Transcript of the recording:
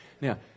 Now